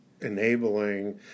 enabling